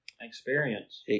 experience